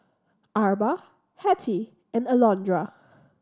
Arba Hettie and Alondra